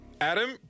Adam